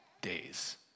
days